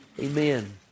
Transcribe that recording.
Amen